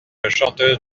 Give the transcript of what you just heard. chanteuse